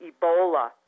Ebola